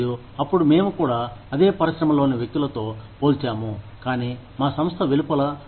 మరియు అప్పుడు మేము కూడా అదే పరిశ్రమలోని వ్యక్తులతో పోల్చాము కానీ మా సంస్థ వెలుపల